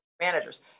managers